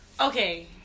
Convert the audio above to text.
Okay